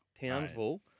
Townsville